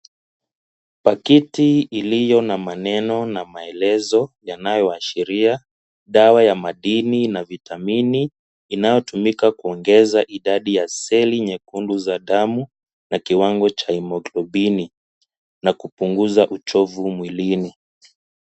Pakiti iliyo na maneno na maelezo yanayoashiria dawa ya madini na vitamini inayotumika kuongeza idadi ya seli nyekundu za damu na kiwango cha himoglobini na kupunguza uchovu mwilini.